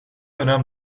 önem